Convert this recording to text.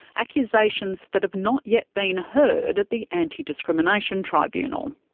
accusations that have not yet been heard at the anti discrimination tribunal.